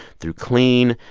through clean,